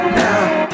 now